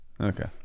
Okay